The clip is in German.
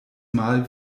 mal